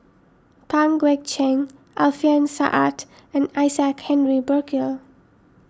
Pang Guek Cheng Alfian Sa'At and Isaac Henry Burkill